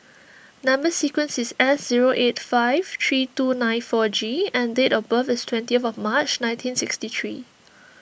Number Sequence is S zero eight five three two nine four G and date of birth is twentieth March nineteen sixty three